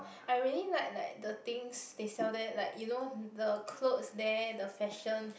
I really like like the things they sell there like you know the clothes there the fashion